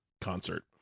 concert